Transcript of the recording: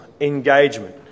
engagement